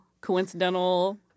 coincidental